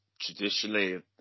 traditionally